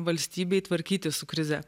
valstybei tvarkytis su krize